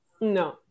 No